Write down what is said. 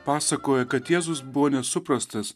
pasakoja kad jėzus buvo nesuprastas